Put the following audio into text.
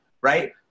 right